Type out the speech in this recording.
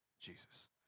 Jesus